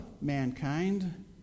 mankind